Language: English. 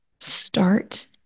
Start